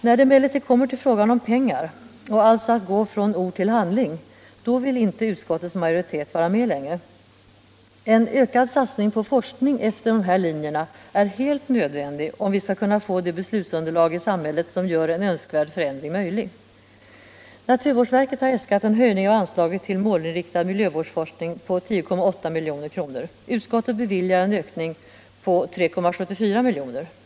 Men när det kommer till frågan om pengar, alltså att gå från ord till handling, då vill inte utskottets majoritet vara med längre. En ökad satsning på forskning efter de här linjerna är helt nödvändig, om vi skall kunna få det beslutsunderlag i samhället som gör en önskvärd förändring möjlig. Naturvårdsverket har beträffande anslaget till målinriktad miljövårdsforskning äskat en höjning på 10,8 milj.kr. Utskottet har tillstyrkt en ökning på 3,74 milj.kr.